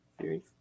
series